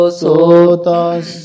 sotas